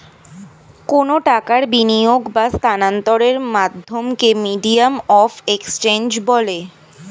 কোনো টাকার বিনিয়োগ বা স্থানান্তরের মাধ্যমকে মিডিয়াম অফ এক্সচেঞ্জ বলে